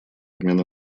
обмен